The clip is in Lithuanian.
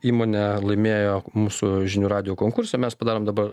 įmonė laimėjo mūsų žinių radijo konkurse mes padarom dabar